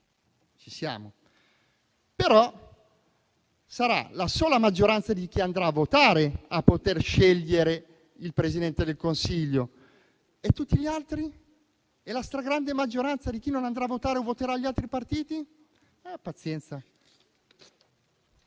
loro. Sarà però la sola maggioranza di chi andrà a votare a poter scegliere il Presidente del Consiglio, e tutti gli altri? E la stragrande maggioranza di chi non andrà a votare o voterà gli altri partiti? Pazienza.